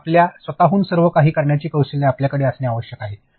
आणि आपल्या स्वतःहून सर्व काही करण्याची कौशल्ये आपल्याकडे असणे आवश्यक आहे